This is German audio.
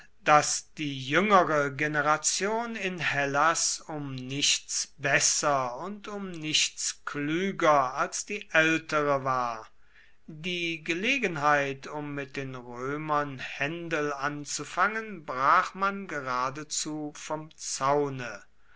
daß die jüngere generation in hellas um nichts besser und um nichts klüger als die ältere war die gelegenheit um mit den römern händel anzufangen brach man geradezu vom zaune